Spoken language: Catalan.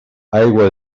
aigua